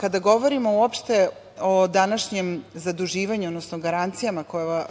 kada govorimo uopšte o današnjem zaduživanju, odnosno garancijama koje